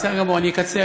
בסדר גמור, אני אקצר.